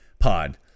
pod